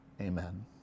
Amen